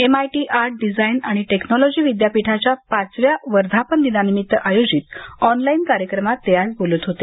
MIT art design आणि technology विद्यापीठाच्या पाचव्या वर्धापन दिनानिमित्त आयोजित ऑनलाईन कार्यक्रमात ते आज बोलत होते